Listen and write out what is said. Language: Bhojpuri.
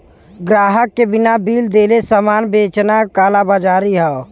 ग्राहक के बिना बिल देले सामान बेचना कालाबाज़ारी हौ